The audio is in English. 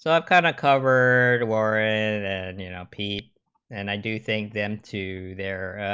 so um kind of covered warren and you know p and i do think them two thereon